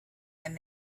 and